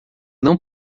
não